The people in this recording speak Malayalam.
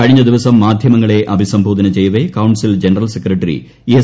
കഴിഞ്ഞ ദിവസം മാധ്യമങ്ങളെ അഭിസംബോധന ചെയ്യവേ കൌൺസിൽ ജനറൽ സെക്രട്ടറി എസ്